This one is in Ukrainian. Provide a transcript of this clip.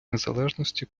незалежності